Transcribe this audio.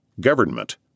government